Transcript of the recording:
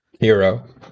hero